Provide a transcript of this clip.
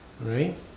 Right